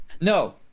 No